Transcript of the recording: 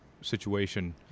situation